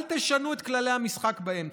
אל תשנו את כללי המשחק באמצע.